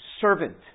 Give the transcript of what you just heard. servant